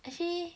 actually